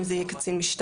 אם זה יהיה קצין משטרה,